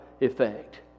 effect